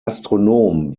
astronom